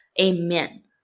amen